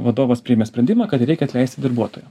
vadovas priėmė sprendimą kad reikia atleisti darbuotoją